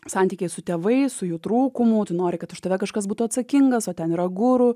santykiais su tėvai su jų trūkumu tu nori kad už tave kažkas būtų atsakingas o ten yra guru